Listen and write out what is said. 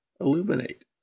illuminate